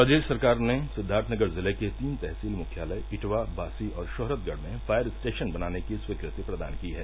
प्रदेश सरकार ने सिद्वार्थनगर जिले के तीन तहसील मुख्यालय इटवा बांसी और शोहरतगढ़ में फायर स्टेशन बनाने की स्वीकृति प्रदान की है